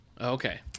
Okay